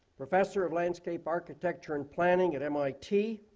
professor of landscape architecture and planning at mit,